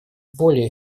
более